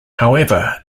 however